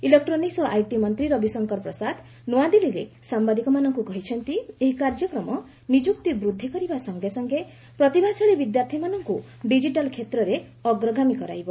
electronics ଓ IT ମନ୍ତ୍ରୀ ରବିଶଙ୍କର ପ୍ରସାଦ ନୂଆଦିଲ୍ଲୀରେ ସାମ୍ଭାଦିକମାନଙ୍କୁ କହିଛନ୍ତି ଏହି କାର୍ଯ୍ୟକ୍ରମ ନିଯୁକ୍ତି ବୃଦ୍ଧି କରିବା ସଂଗେ ସଂଗେ ପ୍ରତିଭାଶାଳୀ ବିଦ୍ୟାର୍ଥୀମାନଙ୍କୁ ଡିଜିଟାଲ୍ କ୍ଷେତ୍ରରେ ଅଗ୍ରଗାମୀ କରାଇବ